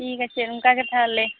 ᱴᱷᱤᱠ ᱟᱪᱷᱮ ᱚᱱᱠᱟᱜᱮ ᱛᱟᱦᱚᱞᱮ